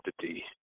entity